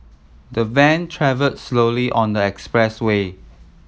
the van travelled slowly on the expressway